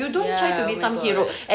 ya oh my god